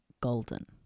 golden